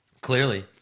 Clearly